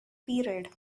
period